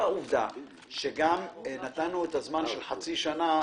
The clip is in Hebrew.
והעובדה שגם נתנו זמן של חצי שנה.